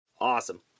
Awesome